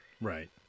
right